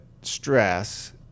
stress